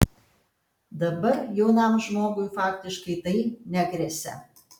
dabar jaunam žmogui faktiškai tai negresia